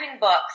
books